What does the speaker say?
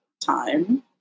time